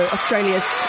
Australia's